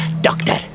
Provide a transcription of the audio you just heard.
Doctor